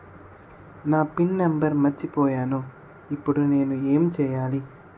నా pin number మర్చిపోయాను ఇప్పుడు నేను ఎంచేయాలి?